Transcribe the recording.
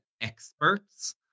experts